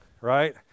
right